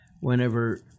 Whenever